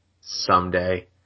someday